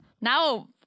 Now